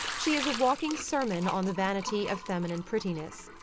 she is a walking sermon on the vanity of feminine prettiness.